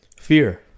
Fear